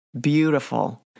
beautiful